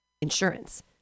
insurance